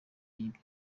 yibye